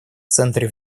центре